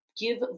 give